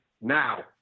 now